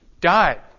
died